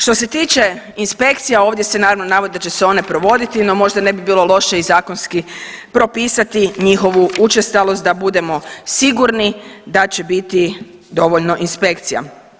Što se tiče inspekcija ovdje se naravno navodi da će se one provoditi, no možda ne bi bilo loše i zakonski propisati njihovu učestalost da budemo sigurni da će biti dovoljno inspekcija.